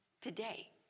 Today